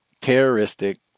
terroristic